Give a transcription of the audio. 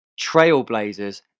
Trailblazers